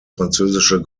französische